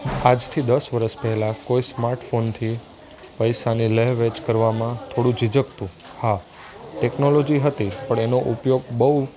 આજથી દસ વરસ પહેલાં કોઈ સ્માર્ટફોનથી પૈસાની લેવેચ કરવામાં થોડું ઝીઝકતું હા ટેક્નોલોજી હતી પણ એનો ઉપયોગ બહુ